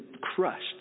crushed